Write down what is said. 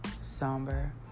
somber